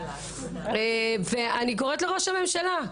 ואני קוראת לראש הממשלה.